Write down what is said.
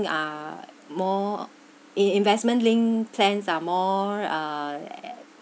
are more in~ investment linked plans are more uh